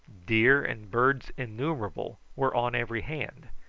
deer, and birds innumerable were on every hand.